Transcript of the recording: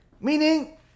Meaning